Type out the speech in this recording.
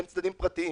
בין צדדים פרטיים.